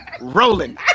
rolling